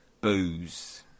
booze